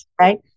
Right